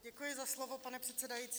Děkuji za slovo, pane předsedající.